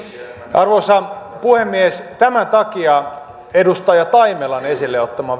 arvoisa puhemies tämän takia edustaja taimelan esille ottama